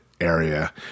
area